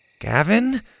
Gavin